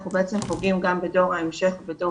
אנחנו בעצם פוגעים גם בדור ההמשך ובדור